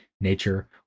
nature